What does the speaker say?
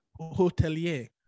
hotelier